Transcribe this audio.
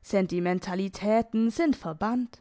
sentimentalitäten sind verbannt